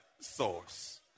source